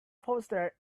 poster